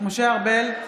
משה ארבל,